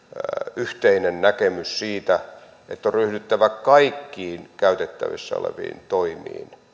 yhteinen näkemys siitä että on ryhdyttävä kaikkiin käytettävissä oleviin toimiin